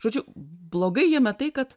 žodžiu blogai jame tai kad